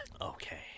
Okay